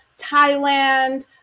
Thailand